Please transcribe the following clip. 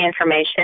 information